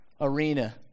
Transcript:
Arena